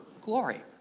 glory